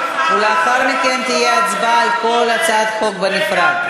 ולאחר מכן תהיה הצבעה על כל הצעה בנפרד.